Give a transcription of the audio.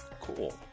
Cool